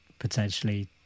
potentially